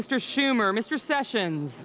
mr schumer mr sessions